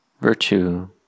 virtue